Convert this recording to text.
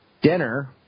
Dinner